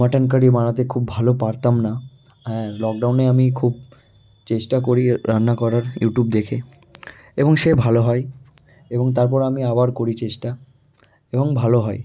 mutton curry বানাতে খুব ভালো পারতাম না হ্যাঁ লকডাউনে আমি খুব চেস্টা করি রান্না করার ইউটিউব দেখে এবং সে ভালো হয় এবং তারপর আমি আবার করি চেষ্টা এবং ভালো হয়